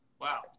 Wow